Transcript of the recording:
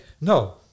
No